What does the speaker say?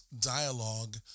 dialogue